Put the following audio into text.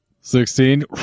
sixteen